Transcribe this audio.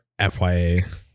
fya